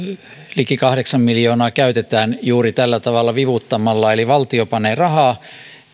liki kahdeksan miljoonaa käytetään juuri tällä tavalla vivuttamalla eli valtio panee rahaa